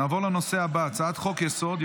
נעבור לנושא הבא: הצעת חוק-יסוד: